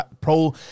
pro –